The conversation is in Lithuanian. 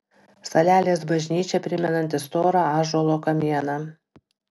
salelės bažnyčia primenanti storą ąžuolo kamieną